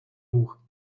рух